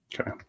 Okay